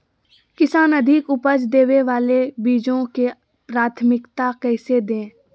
किसान अधिक उपज देवे वाले बीजों के प्राथमिकता कैसे दे?